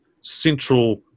central